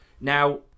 now